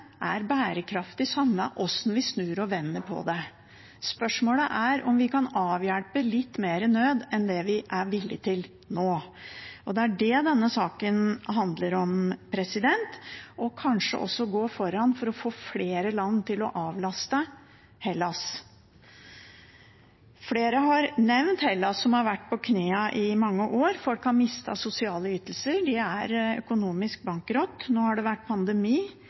er bærekraftig, samme hvordan vi snur og vender på det. Spørsmålet er om vi kan avhjelpe litt mer nød enn det vi er villig til nå, det er det denne saken handler om, og kanskje også gå foran for å få flere land til å avlaste Hellas. Flere har nevnt Hellas, som har vært på knærne i mange år. Folk har mistet sosiale ytelser, de er økonomisk bankerott. Nå har det vært pandemi,